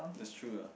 that's true lah